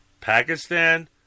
Pakistan